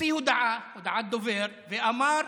הוציא הודעה, הודעת דובר, ואמר,